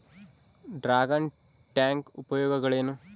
Dragon tank ಉಪಯೋಗಗಳೇನು?